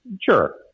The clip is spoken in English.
sure